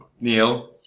Neil